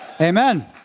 Amen